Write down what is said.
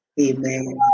Amen